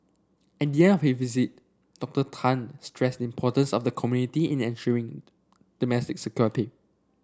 at the end of his visit Doctor Tan stressed the importance of the community in ensuring domestic security